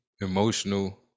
emotional